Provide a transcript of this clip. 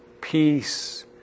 peace